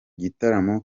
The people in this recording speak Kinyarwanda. gitaramo